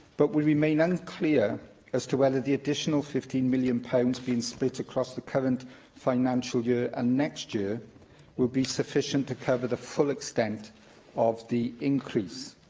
but we remain unclear as to whether the additional fifteen million pounds being split across the current financial year and next year will be sufficient to cover the full extent of the increase.